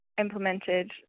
implemented